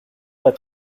pas